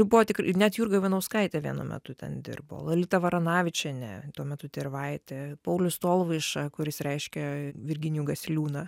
buvo tik net jurga ivanauskaitė vienu metu ten dirbo lolita varanavičienė tuo metu tirvaitė paulius tolvaiša kuris reiškė virginijų gasiliūną